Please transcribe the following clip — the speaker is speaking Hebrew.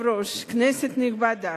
אדוני היושב-ראש, כנסת נכבדה,